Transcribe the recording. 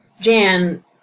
Jan